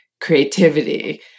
creativity